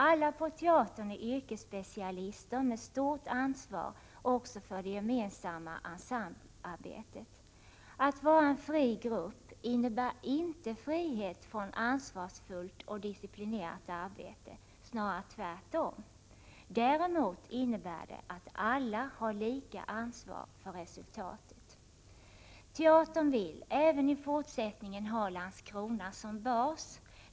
Alla på teatern är yrkesspecialister med stort ansvar också för det gemensamma ensemblearbetet. Att vara en fri grupp innebär inte frihet från ansvarsfullt och disciplinerat arbete, snarare tvärtom. Det innebär däremot att alla har lika ansvar för resultatet. Teatern vill även i fortsättningen ha Landskrona som bas.